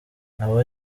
nawe